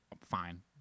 Fine